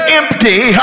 empty